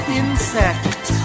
insect